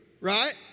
right